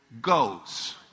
goes